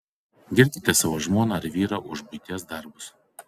girkite savo žmoną ar vyrą už buities darbus